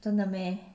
真的 meh